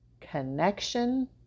connection